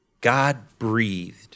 God-breathed